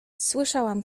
słyszałam